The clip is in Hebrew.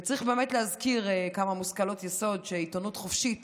וצריך להזכיר כמה מושכלות יסוד: עיתונות חופשית